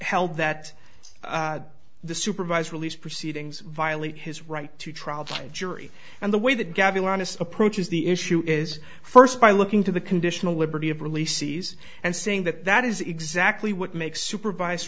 held that the supervised release proceedings violate his right to trial by jury and the way that gavel honest approaches the issue is first by looking to the conditional liberty of releases and saying that that is exactly what makes supervised